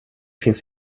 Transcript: finns